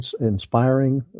inspiring